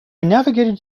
navigated